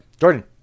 Jordan